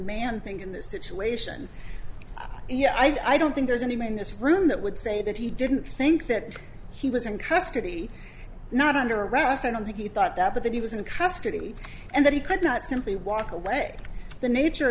man think in this situation you know i don't think there's any man this room that would say that he didn't think that he was in custody not under arrest i don't think he thought that but that he was in custody and that he could not simply walk away the nature